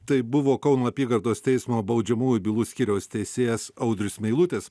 tai buvo kauno apygardos teismo baudžiamųjų bylų skyriaus teisėjas audrius meilutis